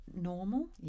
normal